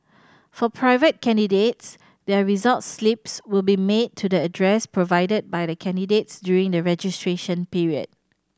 for private candidates their result slips will be mailed to the address provided by the candidates during the registration period